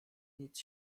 nic